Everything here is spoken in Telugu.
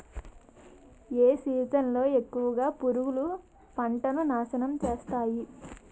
ఏ సీజన్ లో ఎక్కువుగా పురుగులు పంటను నాశనం చేస్తాయి?